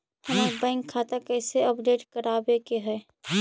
हमर बैंक खाता कैसे अपडेट करबाबे के है?